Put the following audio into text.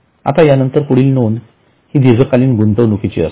आता या नंतरची पुढील नोंद हि दीर्घकालीन गुंतवणुकीची असते